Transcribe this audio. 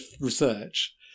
research